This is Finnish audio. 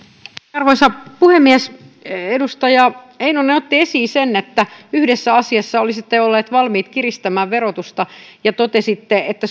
arvoisa puhemies edustaja heinonen otti esiin sen että yhdessä asiassa olisitte olleet valmiit kiristämään verotusta ja totesi että